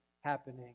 happening